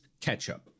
ketchup